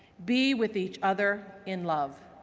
be with each other in love.